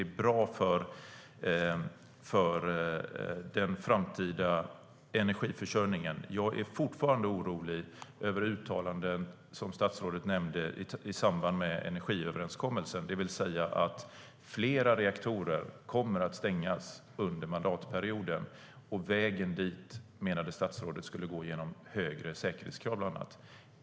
Det vore bra för den framtida energiförsörjningen. Jag är dock fortfarande orolig över uttalanden som statsrådet i samband med energiöverenskommelsen gjorde om att flera reaktorer kommer att stängas under mandatperioden. Vägen dit, menade statsrådet, skulle gå genom bland annat högre säkerhetskrav.